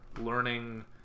learning